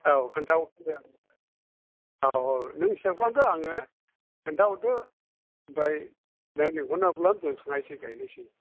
औ खिन्था हरफिनदो औ औ नों हिसाब खालामदो आंनो खोन्था हरदो ओमफ्राय नों लेंहरनायब्ला जों थांनोसै गायनोसै